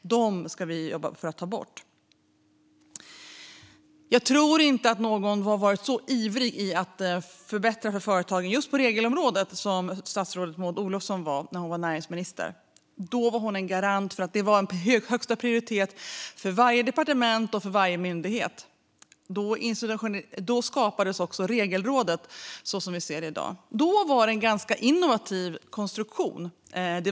Dessa ska vi jobba för att ta bort. Jag tror inte att någon har varit så ivrig att förbättra för företagen på just regelområdet som statsrådet Maud Olofsson var när hon var näringsminister. Då var hon en garant för att detta hade högsta prioritet för varje departement och myndighet. Då skapades också Regelrådet så som det ser ut i dag, och det var en ganska innovativ konstruktion.